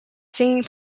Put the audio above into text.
singing